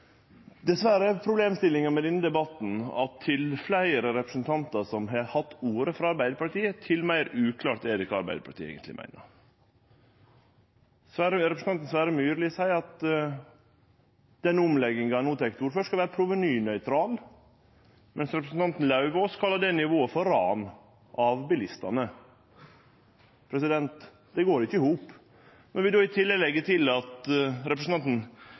Dessverre er problemstillinga i denne debatten at til fleire representantar frå Arbeidarpartiet som har hatt ordet, til meir uklart er det kva Arbeidarpartiet eigentleg meiner. Representanten Sverre Myrli seier at den omlegginga ein no tek til orde for, skal vere provenynøytral, mens representanten Lauvås kallar det nivået for eit ran av bilistane. Det går ikkje i hop. Vi kan leggje til at representanten Leirtrø seier at